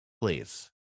Please